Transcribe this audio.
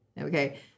okay